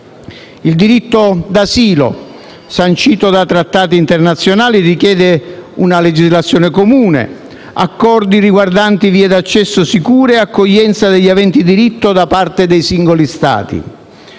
Il diritto d'asilo, sancito da trattati internazionali, richiede una legislazione comune, accordi riguardanti vie d'accesso sicure, accoglienza degli aventi diritto da parte dei singoli Stati;